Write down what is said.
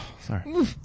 Sorry